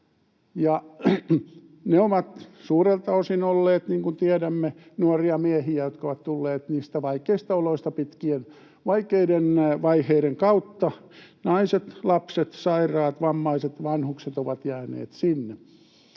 Ne ovat suurelta osin olleet, niin kuin tiedämme, nuoria miehiä, jotka ovat tulleet niistä vaikeista oloista pitkien, vaikeiden vaiheiden kautta — naiset, lapset, sairaat, vammaiset, vanhukset ovat jääneet sinne